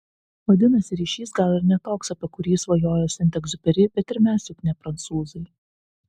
vadinasi ryšys gal ir ne toks apie kurį svajojo sent egziuperi bet ir mes juk ne prancūzai